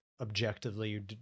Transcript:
Objectively